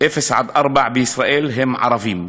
אפס עד ארבע בישראל הם ערבים.